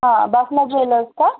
हां बाफना ज्वेलर्स का